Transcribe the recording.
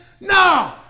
No